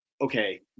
okay